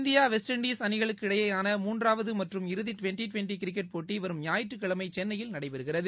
India West Indies அணிகளுக்கு இடையேயான மூன்றாவது மற்றும் இறுதி டுவெண்டி டுவெண்டி கிரிக்கெட் போட்டி வரும் ஞாயிற்றுக்கிழமை சென்னையில் நடைபெறுகிறது